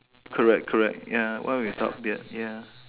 correct correct ya one without beard ya